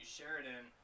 Sheridan